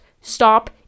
Stop